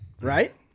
right